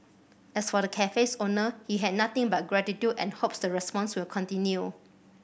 as for the cafe's owner he had nothing but gratitude and hopes the response will continue